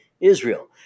Israel